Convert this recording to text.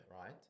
right